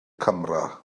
camera